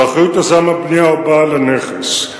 באחריות יזם הבנייה או בעל הנכס.